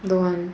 don't want